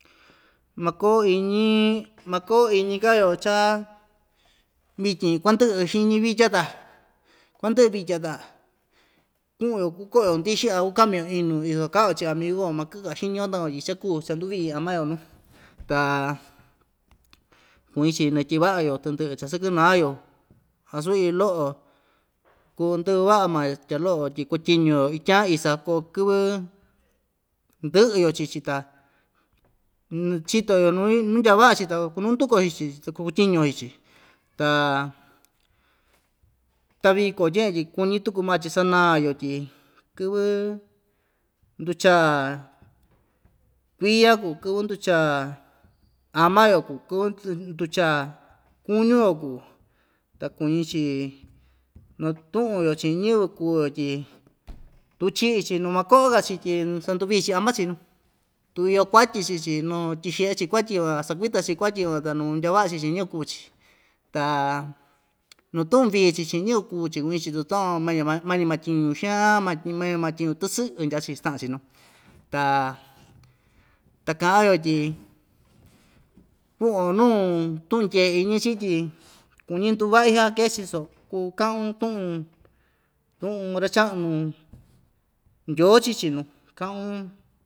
Makoo iñi makoo iñi‑ka yoo cha vityin kuandɨ'ɨ xiñi vitya ta kuandɨ'ɨ vitya ta ku'un‑yo kuko'o‑yo ndixi a ku'kami‑yo inu iso ka'an‑yo chi amigu‑yo makɨ'ɨ‑ka xiñi‑yo takuan tyi cha kuu chanduvii ama‑yo nuu ta kuñi‑chi ñatyi'i va'a‑yo tɨndɨ'ɨ chasɨkɨnayo vasu iin lo'o kuu ndɨ'vɨ va'a maa tya lo'o tyi kutyiñu ityan isa koo kɨvɨ ndɨ'ɨ‑yo chii‑chi ta chito‑yo nuu ndya va'a‑chi ta kunanduku‑yo chii‑chi soko kutyiñu‑yo chii‑chi ta ta viko tye'en tyi kuñi tuku maa‑chi sana‑yo tyi kɨvɨ nducha kuiya kuu kɨvɨ nduchaa ama‑yo kuu kɨvɨ nducha kúñun‑yo kuu ta kuñi‑chi natu'un‑yo chi'in ñɨvɨ kuu‑yo tyi tu chi'i‑chi numako'o‑ka‑chi tyi sanduvii‑chi ama‑chi nu tu iyo kuatyi chii‑chi nu tyixe'e‑chi kuatyi van sakuita‑chi kuatyi van nakundyaa va'a‑chi chi'in ñɨvɨ kuu‑chi ta nutu'un vii‑chi chi'in ñɨvɨ kuu‑chi kuñi‑chi tu takuan mañi ma mañi ma tyiñu xan matyi mañi ma tyiñu tɨsɨ'ɨ ndyaa‑chi sta'an‑chi nuu ta taka'an‑yo tyi ku'von nuu tu'un ndyee iñi chií tyi kuñi nduva'i ja kee‑chi so kuu ka'un tu'un tu'un ra‑cha'nu ndyoo chii‑chi nuu ka'un.